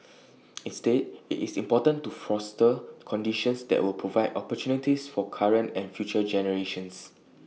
instead IT is important to foster conditions that will provide opportunities for current and future generations